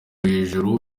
hejuru